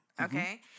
Okay